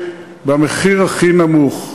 במחיר הכי נמוך.